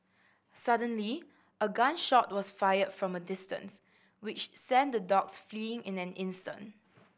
suddenly a gun shot was fired from a distance which sent the dogs fleeing in an instant